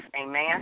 Amen